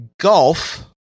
Golf